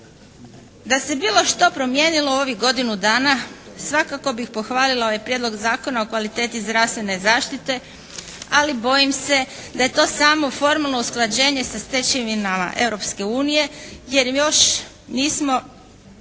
Da se bilo što promijenilo u ovih godinu dana svakako bih pohvalila ovaj Prijedlog zakona o kvaliteti zdravstvene zaštite ali bojim se da je to samo formalno usklađenje sa stečevinama Europske